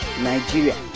Nigeria